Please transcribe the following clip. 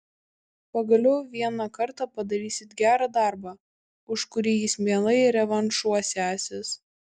pagaliau vieną kartą padarysit gerą darbą už kurį jis mielai revanšuosiąsis